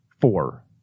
Four